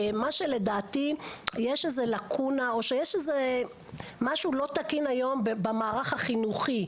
לדעתי יש איזה לקונה או שיש איזה משהו לא תקין היום במערך החינוכי,